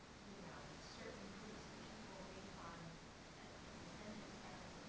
you know, certain groups of people based on ah descendants' preference. like